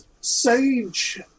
SAGE